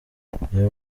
reba